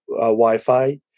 Wi-Fi